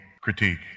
Critique